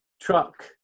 truck